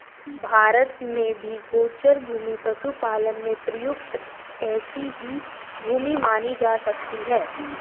भारत में भी गोचर भूमि पशुपालन में प्रयुक्त ऐसी ही भूमि मानी जा सकती है